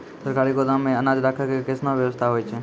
सरकारी गोदाम मे अनाज राखै के कैसनौ वयवस्था होय छै?